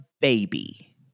baby